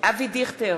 אבי דיכטר,